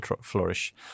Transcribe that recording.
flourish